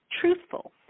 truthful